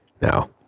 Now